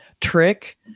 trick